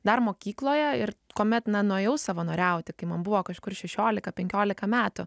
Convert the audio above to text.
dar mokykloje ir kuomet na nuėjau savanoriauti kai man buvo kažkur šešiolika penkiolika metų